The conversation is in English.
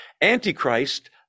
Antichrist